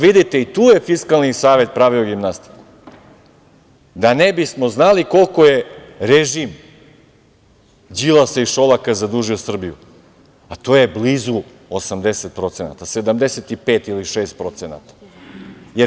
Vidite, i tu je Fiskalni savet pravio gimnastiku, da ne bismo znali koliko je režim Đilasa i Šolaka zadužio Srbiju, a to je blizu 80%, 75 ili 76%